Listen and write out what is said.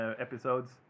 episodes